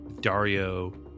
Dario